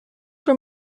were